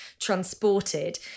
transported